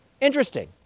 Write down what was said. Interesting